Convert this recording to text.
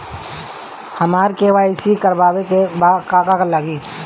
हमरा के.वाइ.सी करबाबे के बा का का लागि?